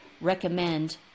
recommend